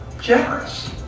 generous